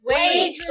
Wait